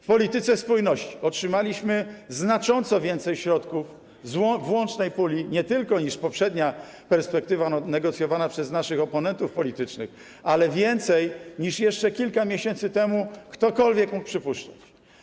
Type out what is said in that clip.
W polityce spójności otrzymaliśmy znacząco więcej środków w łącznej puli, nie tylko więcej niż w poprzedniej perspektywie negocjowanej przez naszych oponentów politycznych, ale więcej niż jeszcze kilka miesięcy temu ktokolwiek mógł przypuszczać.